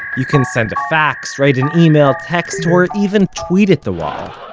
you can send a fax, write an email, text, or even tweet at the wall,